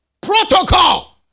Protocol